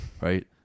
right